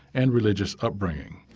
and religious upbringing.